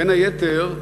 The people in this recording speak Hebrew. בין היתר,